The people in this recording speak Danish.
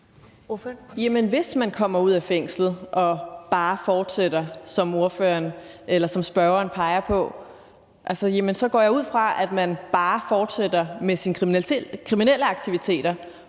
hvis man kommer ud af fængslet og bare fortsætter, som spørgeren peger på, så går jeg ud fra, at man bare fortsætter med sine kriminelle aktiviteter,